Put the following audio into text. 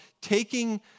taking